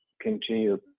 continue